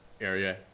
area